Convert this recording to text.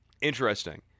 Interesting